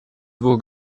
двух